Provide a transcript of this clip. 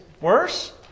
worse